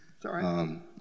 Sorry